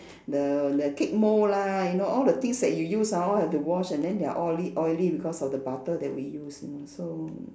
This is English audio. the the cake mold lah you know all the things that you used ah all have to wash and then they are oily oily because of the butter that we used you know so